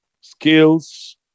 skills